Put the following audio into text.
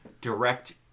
direct